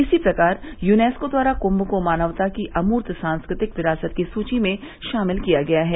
इसी प्रकार यूनेस्को द्वारा कुंभ को मानवता की अमूर्त सांस्कृतिक विरासत की सूची में शामिल किया गया है